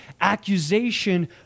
accusation